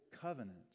covenant